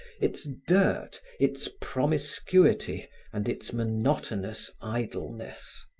its dirt, its promiscuity and its monotonous idleness.